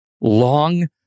long